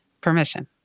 permission